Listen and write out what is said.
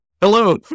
hello